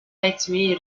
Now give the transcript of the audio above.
etmeyi